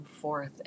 forth